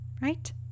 right